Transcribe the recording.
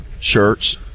shirts